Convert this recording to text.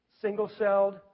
single-celled